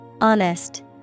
Honest